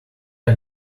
are